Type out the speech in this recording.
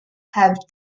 have